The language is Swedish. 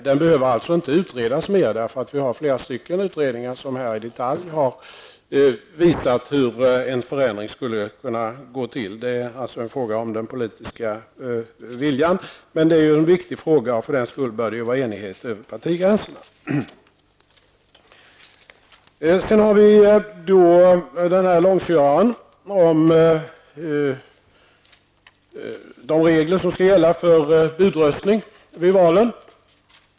Den behöver inte utredas mer, eftersom fler utredningar i detalj har redovisat hur en förändring skulle kunna gå till. Det är alltså en fråga om den politiska viljan. Frågan om valkretsindelningen i Malmöhus län är ju en viktig fråga, och för den skull bör det råda enighet över partigränserna. Jag kommer sedan till långköraren om de regler som skall gälla för budröstning vid valen.